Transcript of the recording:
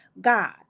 God